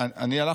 אני הלכתי,